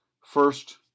first